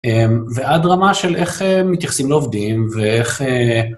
ועד רמה של איך הם מתייחסים לעובדים ואיך...